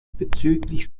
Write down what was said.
bezüglich